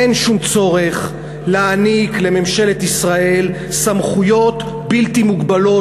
אין שום צורך להעניק לממשלת ישראל סמכויות בלתי מוגבלות,